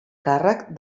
càrrec